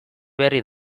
berri